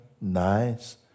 Nice